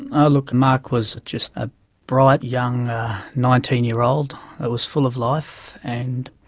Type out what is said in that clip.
oh look, mark was just a bright young nineteen year old who was full of life and,